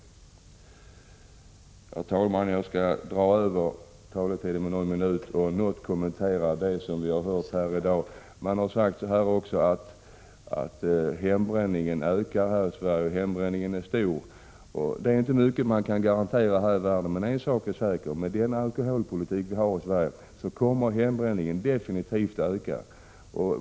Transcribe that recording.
Herr talman! Jag skall dra över min taletid med någon minut för att också kommentera det som har sagts tidigare här i dag. Det har framhållits att hembränningen är utbredd i Sverige och även att den ökar. Det är inte mycket man kan garantera här i världen, men en sak är säker: med den alkoholpolitik som vi har i Sverige kommer hembränningen definitivt att öka.